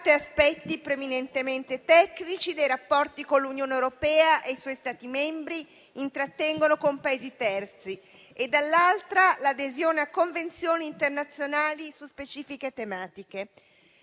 parte, aspetti preminentemente tecnici dei rapporti che l'Unione europea e i suoi Stati membri intrattengono con Paesi terzi e, dall'altra, l'adesione a convenzioni internazionali su specifiche tematiche.